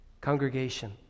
Congregation